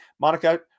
Monica